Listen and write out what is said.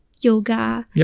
yoga